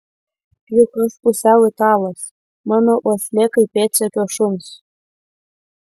juk aš pusiau italas mano uoslė kaip pėdsekio šuns